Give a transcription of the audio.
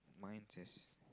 mic test